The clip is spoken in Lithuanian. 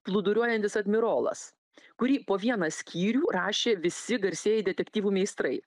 plūduriuojantis admirolas kurį po vieną skyrių rašė visi garsieji detektyvų meistrai